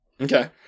Okay